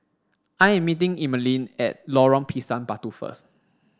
I am meeting Emaline at Lorong Pisang Batu first